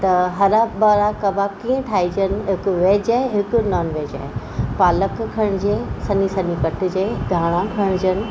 त हरा भरा कबाब कीअं ठाइजनि हिकु वेज आहे हिकु नॉन वेज आहे पालक खणिजे सनी सनी कटिजे धाणा खणजनि